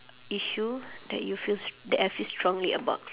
issue that you feel str~ that I feel strongly about